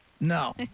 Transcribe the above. No